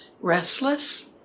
restless